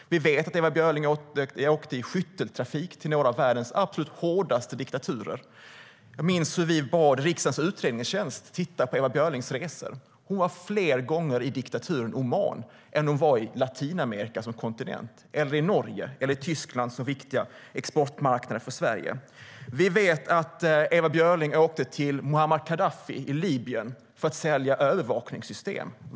Ewa Björling åkte i skytteltrafik till några av världens absolut hårdaste diktaturer. Vi bad riksdagens utredningstjänst titta på Ewa Björlings resor. Hon besökte diktaturen Oman fler gånger än kontinenten Latinamerika, Norge eller Tyskland, länder som är viktiga exportmarknader för Sverige. Ewa Björling åkte till Muammar Gaddafi i Libyen för att sälja övervakningssystem.